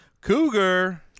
Cougar